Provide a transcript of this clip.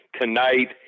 tonight